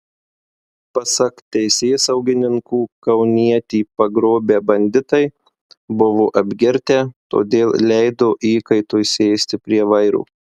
pasak teisėsaugininkų kaunietį pagrobę banditai buvo apgirtę todėl leido įkaitui sėsti prie vairo